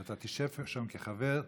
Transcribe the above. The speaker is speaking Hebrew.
אתה תשב שם כחבר,